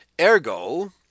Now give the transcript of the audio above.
Ergo